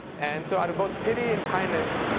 and so out of both pity and kindness,